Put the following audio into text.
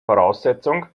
voraussetzung